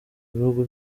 bihugu